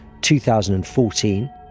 2014